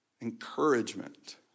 Encouragement